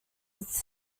its